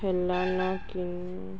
ହେଲାନ କି